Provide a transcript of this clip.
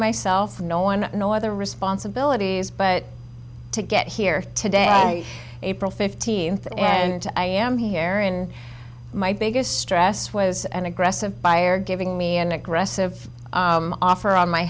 myself no one no other responsibilities but to get here today april fifteenth and i am here in my biggest stress was an aggressive buyer giving me an aggressive offer on my